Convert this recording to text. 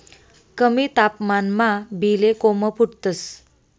कमी तापमानमा बी ले कोम फुटतंस